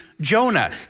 Jonah